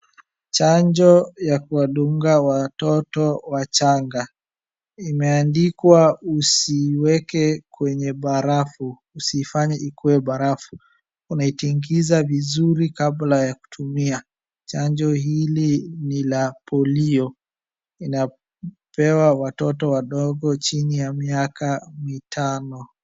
Chanjo ya kuwadunga watoto wachanga, imeandikwa usiweke kwenye barafu, usifanye ikuwe barafu, unaitingiza vizuri kabla ya kutumia. Chanjo hili ni la Polio, inapewa watoto wadogo chini ya miaka mitano.